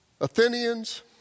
Athenians